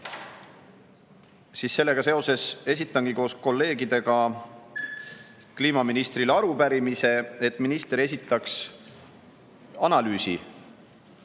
Sellega seoses esitangi koos kolleegidega kliimaministrile arupärimise, et minister esitaks analüüsi